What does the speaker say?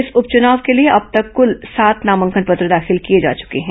इस उपचुनाव के लिए अब तक कुल सात नामांकन पत्र दाखिल किए जा चुके हैं